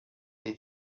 they